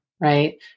right